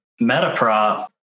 Metaprop